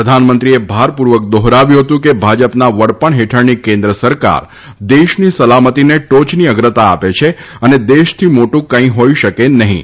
પ્રધાનમંત્રી ભારપૂર્વક દોહરાવ્યું હતું કે ભાજપના વ પણ હેઠળની કેન્દ્ર સરકાર દેશની સલામતીને ટોચની અગ્રતા આપે છે અને દેશનું મોટું કંઇ હોઇ શકે નહીં